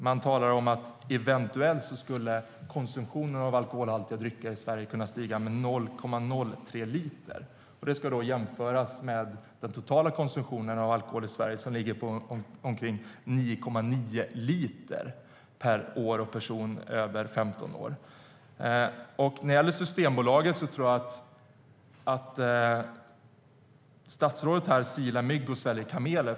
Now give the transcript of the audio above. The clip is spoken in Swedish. Man talar om att konsumtionen av alkoholhaltiga drycker i Sverige eventuellt skulle kunna stiga med 0,03 liter. Det ska jämföras med den totala konsumtionen av alkohol i Sverige på omkring 9,9 liter per år och person över 15 år. När det gäller Systembolaget tror jag att statsrådet silar mygg och sväljer kameler.